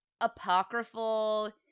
apocryphal